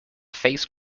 face